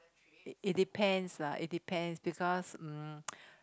it depends lah it depends because um